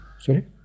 Sorry